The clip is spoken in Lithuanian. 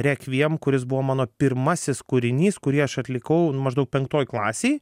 rekviem kuris buvo mano pirmasis kūrinys kurį aš atlikau nu maždaug penktoj klasėj